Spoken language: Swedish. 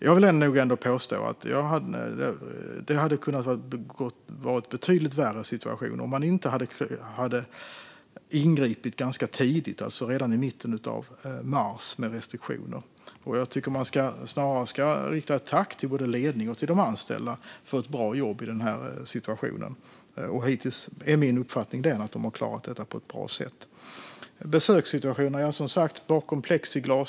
Jag vill påstå att situationen hade kunnat vara betydligt värre om man inte hade ingripit ganska tidigt - redan i mitten av mars - med restriktioner. Jag tycker att man snarare ska rikta ett tack till både ledning och anställda för ett bra jobb i den här situationen. Hittills är min uppfattning att de har klarat detta på ett bra sätt. När det gäller besökssituationen sker besök som sagt bakom plexiglas.